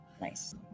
Nice